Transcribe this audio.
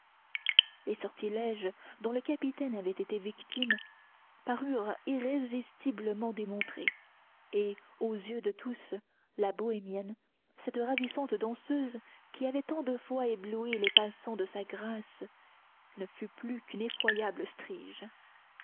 les sortilèges dont le capitaine avait été victime parurent irrésistiblement démontrés et aux yeux de tous la bohémienne cette ravissante danseuse qui avait tant de fois ébloui les passants de sa grâce ne fut plus qu'une effroyable stryge